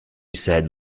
said